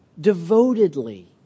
devotedly